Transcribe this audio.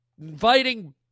inviting